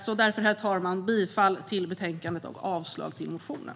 Därför, herr talman, yrkar jag bifall till utskottets förslag och avslag på motionen.